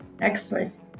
Excellent